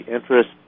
interest